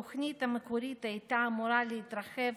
התוכנית המקורית הייתה אמורה להתרחב